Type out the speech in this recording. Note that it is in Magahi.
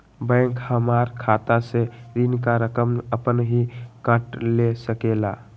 बैंक हमार खाता से ऋण का रकम अपन हीं काट ले सकेला?